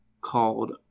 called